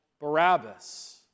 Barabbas